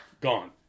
gone